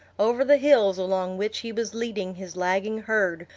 over the hills along which he was leading his lagging herd,